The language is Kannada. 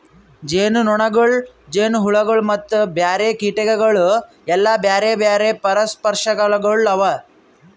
ಜೇನುನೊಣಗೊಳ್, ಜೇನುಹುಳಗೊಳ್ ಮತ್ತ ಬ್ಯಾರೆ ಕೀಟಗೊಳ್ ಎಲ್ಲಾ ಬ್ಯಾರೆ ಬ್ಯಾರೆ ಪರಾಗಸ್ಪರ್ಶಕಗೊಳ್ ಅವಾ